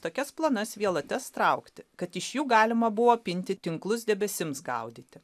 tokias plonas vielutes traukti kad iš jų galima buvo pinti tinklus debesims gaudyti